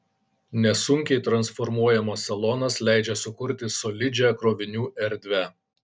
nesunkiai transformuojamas salonas leidžia sukurti solidžią krovinių erdvę